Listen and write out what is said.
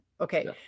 Okay